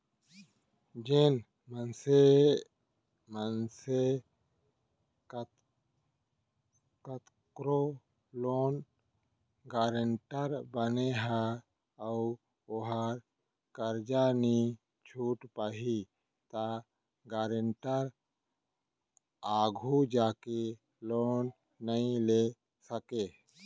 जेन मनसे कखरो लोन गारेंटर बने ह अउ ओहा करजा नइ छूट पाइस त गारेंटर आघु जाके लोन नइ ले सकय